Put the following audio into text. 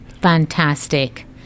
Fantastic